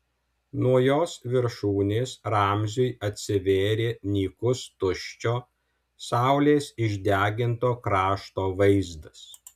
nuo jos viršūnės ramziui atsivėrė nykus tuščio saulės išdeginto krašto vaizdas